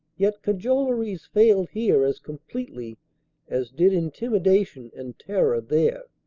yet cajoleries failed here as completely as did intimidation and terror there.